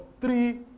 three